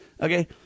okay